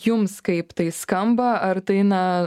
jums kaip tai skamba ar tai na